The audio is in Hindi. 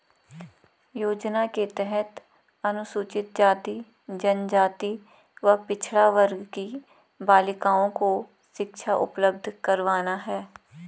योजना के तहत अनुसूचित जाति, जनजाति व पिछड़ा वर्ग की बालिकाओं को शिक्षा उपलब्ध करवाना है